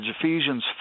Ephesians